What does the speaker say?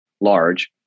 large